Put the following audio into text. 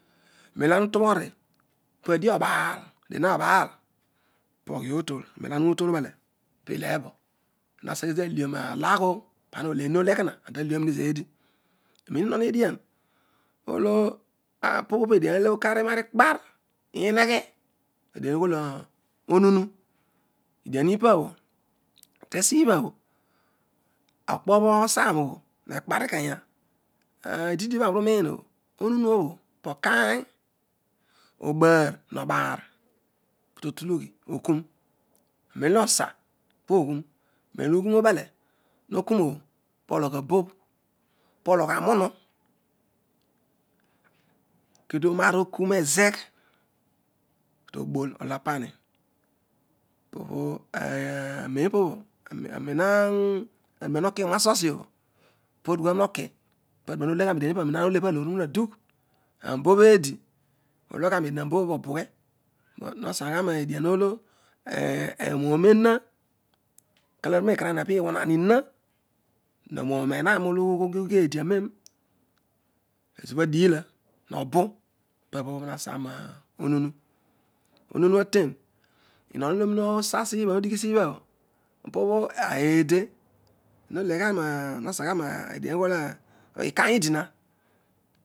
Men olo ana udobhori pa- dio obaal adionabaal poghi ootol ibha ana utol ubele piiebo antaseghe zodi aham alagh oti pa ana ole ena odo ekoha pana oleedi amine non ediah olo opo pe diein ole ikagh ikpar ineghe adien obho ughoi onunu edian ipabho tesi bha bho okpo bho osa moblo ine kpar ikeya ididi obho aani uru unhn obho ohuuu obho po kaany obaar no obaar keto tulighi okun nelo hosa poghun, nelo ughun ubele noku nobho pologh abobh pologh anunu keto naar okun ezeegh kuto boll ologh ta pani anen an anen no kigha naso ero bho nanen holegha nedian ipabho obho anen ana ule pa aloor ohuna na dugh an bon eedi uloghu gha nedian anboon obho obughe no sagha ne dian olo eeh obroon ena kalo aru ne kara ghan pe kuahaan iha honoan ehan olo ughi ughigh eede anen ezo bho adila nobu ipa bho no sana onuhu. ohuru atehi hion olo ho mina osa sii bha ipa bho eede hole ghama. hosagha na adue obho ugha nai ikpaany idina